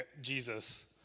Jesus